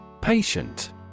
Patient